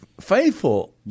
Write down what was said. faithful